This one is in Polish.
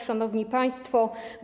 Szanowni Państwo!